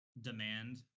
demand